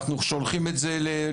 אנחנו שולחים את זה לרוסיה,